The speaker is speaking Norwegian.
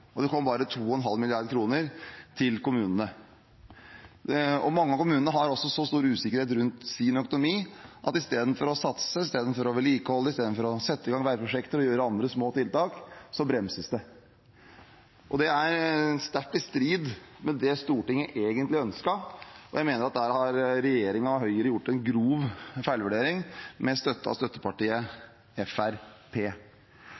og det kom bare 2,5 mrd. kr til kommunene. Mange av kommunene har så stor usikkerhet rundt sin økonomi, at i stedet for å satse, i stedet for å vedlikeholde, i stedet for å sette i gang veiprosjekter og gjøre andre små tiltak, bremses det. Det er sterkt i strid med det Stortinget egentlig ønsket, og jeg mener at der har Høyre-regjeringen gjort en grov feilvurdering, med hjelp av